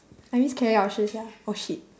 I miss 老师 sia oh shit